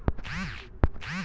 मले वावरावर कर्ज भेटन का?